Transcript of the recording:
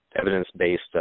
evidence-based